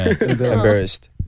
embarrassed